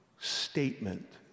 statement